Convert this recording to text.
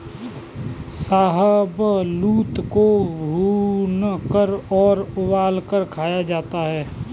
शाहबलूत को भूनकर और उबालकर खाया जाता है